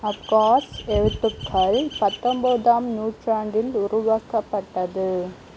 அப்காஸ் எழுத்துக்கள் பத்தொம்போதாம் நூற்றாண்டில் உருவாக்கப்பட்டது